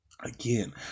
again